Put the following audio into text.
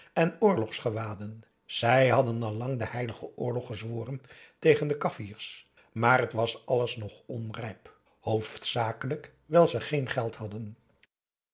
en oorlogsgewaden zij hadden al lang den heiligen oorlog gezworen tegen de kafirs maar het was alles nog onrijp hoofdzakelijk wijl ze geen geld hadden